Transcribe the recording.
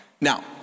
Now